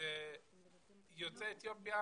המשפחות של יוצאי אתיופיה,